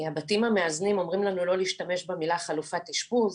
הבתים המאזנים אומרים לנו לא להשתמש במילה חלופת אשפוז,